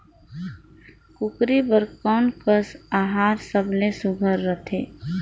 कूकरी बर कोन कस आहार सबले सुघ्घर रथे?